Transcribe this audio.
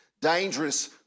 dangerous